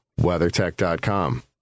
WeatherTech.com